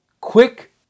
quick